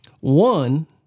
One